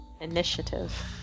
Initiative